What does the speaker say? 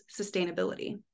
sustainability